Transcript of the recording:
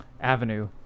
Avenue